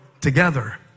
together